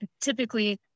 typically